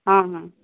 ହଁ ହଁ